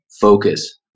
focus